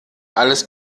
alles